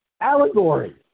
allegory